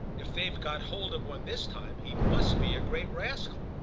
if they've got hold of one this time he must be a great rascal!